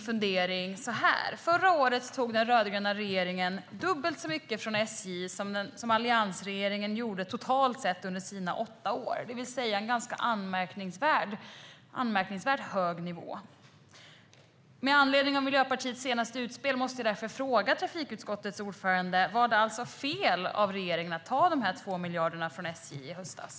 Förra året tog den rödgröna regeringen dubbelt så mycket från SJ som alliansregeringen gjorde totalt under sina åtta år. Det är alltså en anmärkningsvärt hög nivå. Med anledning av Miljöpartiets senaste utspel måste jag därför fråga trafikutskottets ordförande: Var det alltså fel av regeringen att ta de här 2 miljarderna från SJ i höstas?